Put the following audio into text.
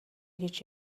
гэж